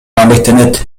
алектенет